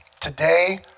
today